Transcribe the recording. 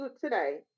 today